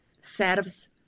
serves